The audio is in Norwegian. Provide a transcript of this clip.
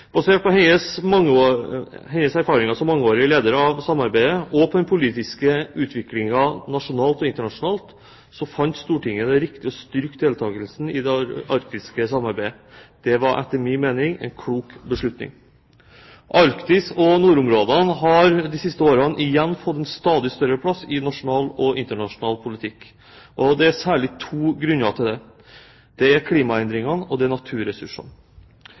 Basert på hennes erfaringer som mangeårig leder av samarbeidet, og på den politiske utviklingen nasjonalt og internasjonalt, fant Stortinget det riktig å styrke deltakelsen i det arktiske samarbeidet. Det var etter min mening en klok beslutning. Arktis og nordområdene har de siste årene igjen fått en stadig større plass i nasjonal og internasjonal politikk, og det er særlig to grunner til det. Det er klimaendringene, og det er naturressursene.